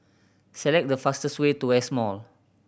select the fastest way to West Mall